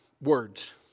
words